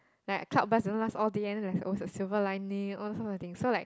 like a cloud burst doesn't last all day and then like silver lining all these sorts of things so like